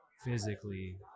physically